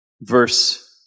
verse